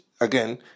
again